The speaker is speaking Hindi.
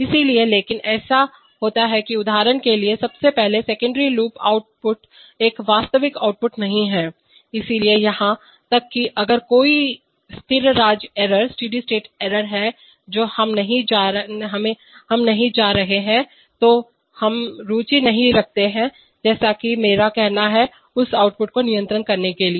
इसलिए लेकिन ऐसा होता है कि उदाहरण के लिए सबसे पहले सेकेंडरी लूप आउटपुट एक वास्तविक आउटपुट नहीं है इसलिए यहां तक कि अगर कोई स्थिर राज्य एरर है जो हम नहीं जा रहे हैं तो हम रुचि नहीं रखते हैं जैसा कि मेरा कहना है उस आउटपुट को नियंत्रित करने के लिए